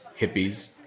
hippies